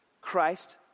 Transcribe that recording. Christ